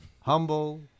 humble